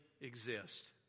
exist